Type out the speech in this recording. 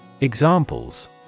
Examples